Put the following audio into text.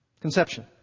Conception